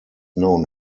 known